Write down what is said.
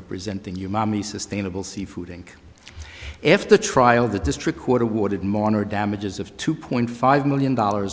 representing you mommy sustainable seafood inc if the trial the district court awarded mourner damages of two point five million dollars